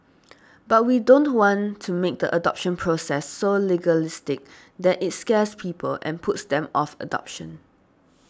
but we don't want to make the adoption process so legalistic that it scares people and puts them off adoption